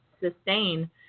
sustain